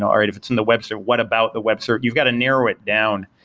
all right, if it's in the web server, what about the web server? you've got a narrow it down.